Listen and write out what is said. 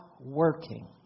working